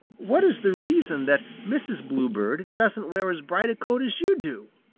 what is the reason that mrs. bluebird doesn't wear as bright a coat as you do?